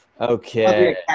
Okay